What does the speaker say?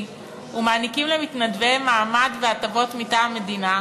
ומעניקים למתנדביהם מעמד והטבות מטעם המדינה,